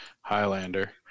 Highlander